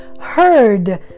heard